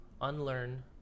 unlearn